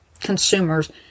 consumers